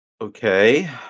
Okay